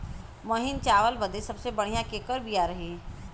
महीन चावल बदे सबसे बढ़िया केकर बिया रही?